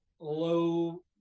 low